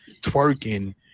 twerking